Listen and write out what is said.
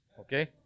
Okay